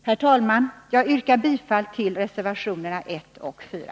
Herr talman! Jag yrkar bifall till reservationerna 1 och 4.